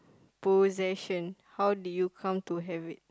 possession how did you come to have it